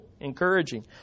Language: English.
encouraging